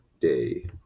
day